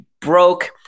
broke